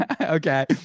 okay